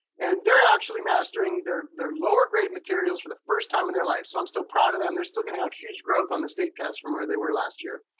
and they're actually mastering their lower grade materials for the first time in their life. so i'm still proud of them. they're still gonna have huge growth on the state test from where they were last year.